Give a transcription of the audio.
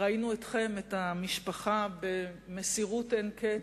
ראינו אתכם, את המשפחה, במסירות אין קץ,